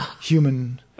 human